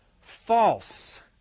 false